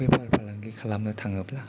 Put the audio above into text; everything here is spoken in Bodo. बेफार फालांगि खालामनो थाङोब्ला